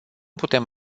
putem